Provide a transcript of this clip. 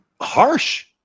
harsh